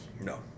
No